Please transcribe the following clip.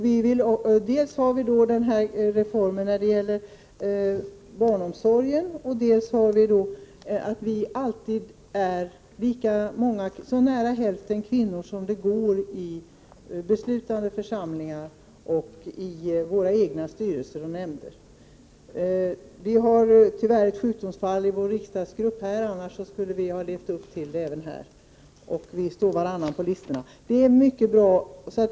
Dels driver vi förslaget om reform av barnomsorgen, dels är vi alltid — så nära som det går — hälften kvinnor i beslutande församlingar och i våra egna styrelser och nämnder. Vi har tyvärr ett sjukdomsfall i vår riksdagsgrupp, annars skulle vi levt upp till detta även här i dag. Varannan talare på listorna är en kvinna.